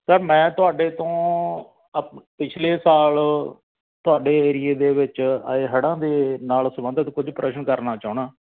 sir ਮੈਂ ਤੁਹਾਡੇ ਤੋਂ ਅਪ ਪਿਛਲੇ ਸਾਲ ਤੁਹਾਡੇ ਏਰੀਏ ਦੇ ਵਿੱਚ ਆਏ ਹੜ੍ਹਾਂ ਦੇ ਨਾਲ ਸੰਬੰਧਿਤ ਕੁਝ ਪ੍ਰਸ਼ਨ ਕਰਨਾ ਚਾਹੁੰਦਾ